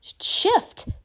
shift